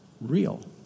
real